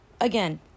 again